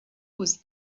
was